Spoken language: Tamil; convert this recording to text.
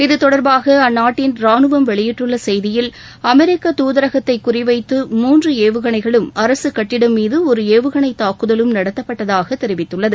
இதுதொடர்பாக அந்நாட்டின் ரானுவம் வெளியிட்டுள்ள செய்தியில் அமெரிக்க தூதரகத்தை குறிவைத்து மூன்று ஏவுகணைகளும் அரசு கட்டிடம் மீது ஒரு ஏவுகணை தாக்குதலும் நடத்தப்பட்டதாக தெரிவித்துள்ளது